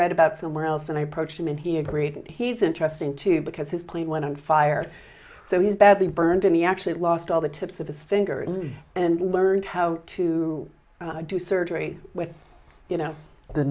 read about somewhere else and i approached him and he agreed and he's interesting too because his plane went on fire so he's badly burned to me actually lost all the tips of his fingers and learned how to do surgery with you know the